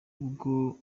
ubwo